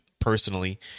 personally